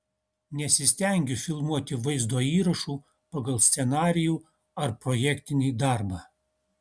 nesistengiu filmuoti vaizdo įrašų pagal scenarijų ar projektinį darbą